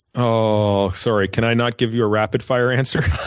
oh, sorry. can i not give you a rapid fire answer?